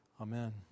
Amen